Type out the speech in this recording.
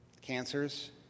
cancers